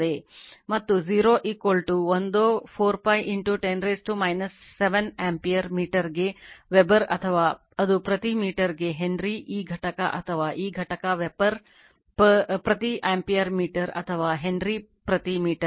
ಮತ್ತು 0 ಒಂದೋ 4 π 10 7ಆಂಪಿಯರ್ ಮೀಟರ್ಗೆ ವೆಬರ್ ಅಥವಾ ಅದು ಪ್ರತಿ ಮೀಟರ್ಗೆ ಹೆನ್ರಿ ಈ ಘಟಕ ಅಥವಾ ಈ ಘಟಕ ವೆಬರ್ ಪ್ರತಿ ಆಂಪಿಯರ್ ಮೀಟರ್ ಅಥವಾ ಹೆನ್ರಿ ಪ್ರತಿ ಮೀಟರ್